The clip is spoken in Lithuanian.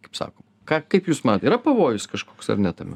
kaip sako ką kaip jūs yra pavojus kažkoks ar ne tame